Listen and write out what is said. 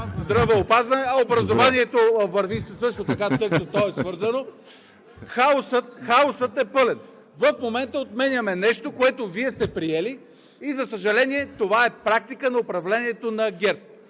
здравеопазване… Образованието също така върви, тъй като то е свързано. …хаосът е пълен. В момента отменяме нещо, което Вие сте приели и, за съжаление, това е практика на управлението на ГЕРБ.